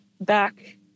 back